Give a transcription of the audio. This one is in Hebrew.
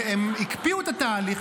הם הקפיאו את התהליך,